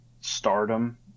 stardom